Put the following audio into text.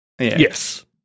Yes